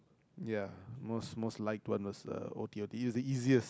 ya most most liked one was uh o_t_o_t it's the easiest